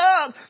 up